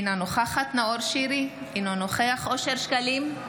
אינה נוכחת נאור שירי, אינו נוכח אושר שקלים,